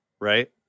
right